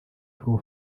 pro